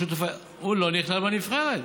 הוא לא נכלל בנבחרת,